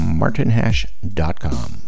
martinhash.com